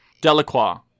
delacroix